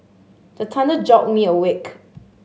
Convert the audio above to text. the thunder jolt me awake